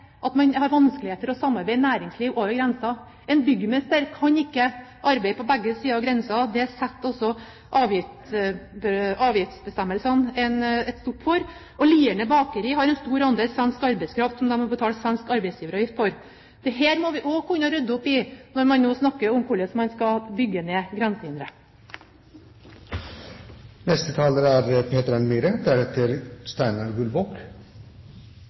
at næringslivet har vanskeligheter med å samarbeide over grensen. En byggmester kan ikke arbeide på begge sider av grensen. Det setter også avgiftsbestemmelsene en stopp for. Lierne Bakeri, f.eks., har en stor andel svensk arbeidskraft som de må betale svensk arbeidsgiveravgift for. Dette må man også kunne rydde opp i når man nå snakker om hvordan man skal bygge ned